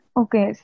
Okay